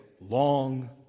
long